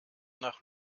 nach